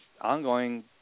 ongoing